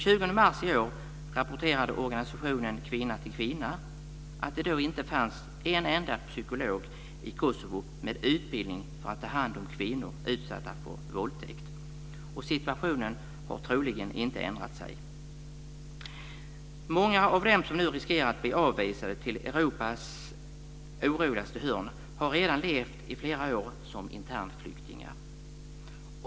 Kvinna till Kvinna att det då inte fanns en enda psykolog i Kosovo med utbildning för att ta hand om kvinnor utsatta för våldtäkt. Situationen har troligen inte ändrat sig. Många av dem som nu riskerar att bli avvisade till Europas oroligaste hörn har redan i flera år levt som internflyktingar.